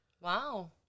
Wow